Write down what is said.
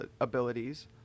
abilities